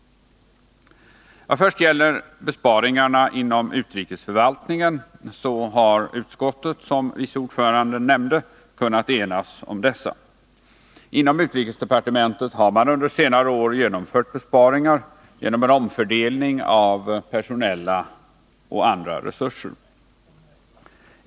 Vad först gäller besparingarna inom utrikesförvaltningen så har utskottet, som vice ordföranden nämnde, kunnat enas om dessa. Inom utrikesdepartementet har man under senare år genomfört besparingar genom en omfördelning av personella och andra resurser.